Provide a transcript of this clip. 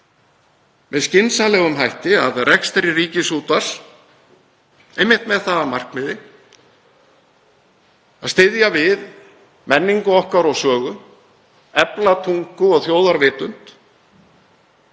með skynsamlegum hætti að rekstri ríkisútvarps einmitt með það að markmiði að styðja við menningu okkar og sögu, efla tungu og þjóðarvitund,